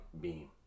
beam